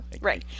right